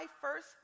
first